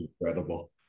incredible